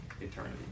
eternity